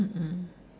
mm mm